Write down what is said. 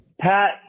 Pat